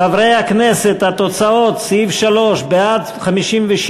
חברי הכנסת, התוצאות, סעיף 3: בעד, 57,